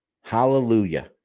hallelujah